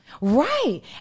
right